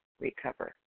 recover